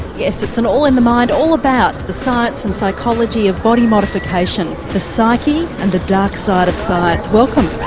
yes, it's an all in the mind all about the science and psychology of body modification, the psyche and the dark side of science welcome.